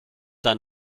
dann